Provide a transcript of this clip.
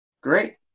Great